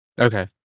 Okay